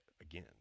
again